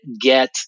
get –